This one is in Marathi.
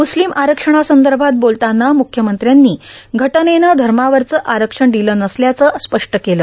मुस्लिम आरक्षणासंदभात बोलताना मुख्यमंत्र्यांनी घटनेनं धमावरचं आरक्षण र्दिलं नसल्याचं स्पष्ट केलं